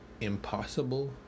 Impossible